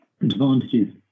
advantages